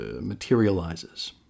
materializes